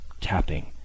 tapping